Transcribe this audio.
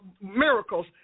miracles